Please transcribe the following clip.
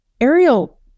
Ariel